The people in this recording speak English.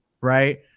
right